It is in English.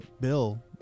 bill